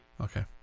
Okay